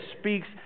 speaks